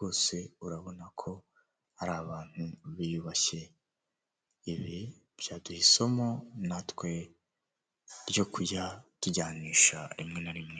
ku bibazo byagiye bigaragazwa ,aho hantu iyo bahageze baraniyakira.